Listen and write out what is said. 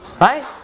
right